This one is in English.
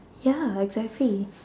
ya exactly